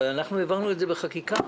אנחנו העברנו את זה בחקיקה.